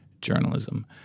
journalism